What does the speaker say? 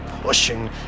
pushing